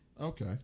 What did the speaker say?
Okay